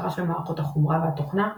אבטחה של מערכות החומרה והתוכנה,